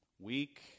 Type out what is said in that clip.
Weak